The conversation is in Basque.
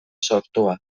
sortua